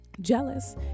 jealous